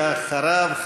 ואחריו,